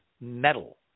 metal